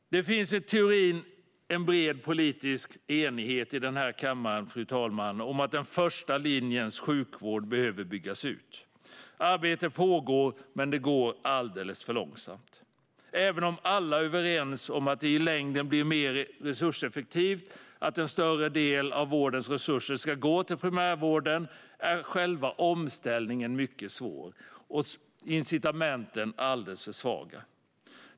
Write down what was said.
Det finns, fru talman, i teorin en bred politisk enighet i denna kammare om att den första linjens sjukvård behöver byggas ut. Arbetet pågår, men det går alldeles för långsamt. Även om alla är överens om att det i längden blir mer resurseffektivt att en större del av vårdens resurser går till primärvården är själva omställningen mycket svår och incitamenten alldeles för svaga.